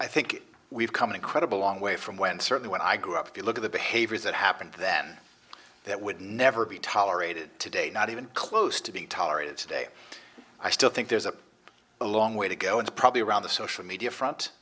i think we've come an incredible long way from when certainly when i grew up if you look at the behaviors that happened then that would never be tolerated today not even close to being tolerated day i still think there's a long way to go and probably around the social media front